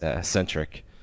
centric